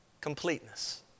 Completeness